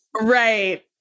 Right